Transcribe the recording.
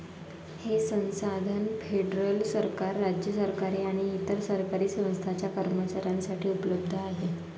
हे संसाधन फेडरल सरकार, राज्य सरकारे आणि इतर सरकारी संस्थांच्या कर्मचाऱ्यांसाठी उपलब्ध आहे